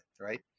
right